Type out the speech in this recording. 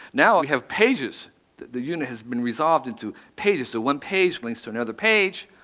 now we have pages the unit has been resolved into pages, so one page links to another page.